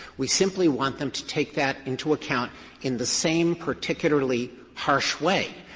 we simply want them to take that into account in the same particularly harsh way.